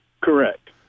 Correct